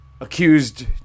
accused